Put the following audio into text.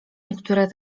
niektóre